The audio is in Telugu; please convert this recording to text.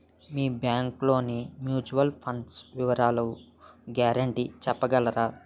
మీ బ్యాంక్ లోని మ్యూచువల్ ఫండ్ వివరాల గ్యారంటీ చెప్పగలరా?